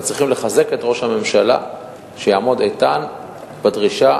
וצריכים לחזק את ראש הממשלה שיעמוד איתן בדרישה